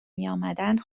میامدند